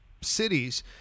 cities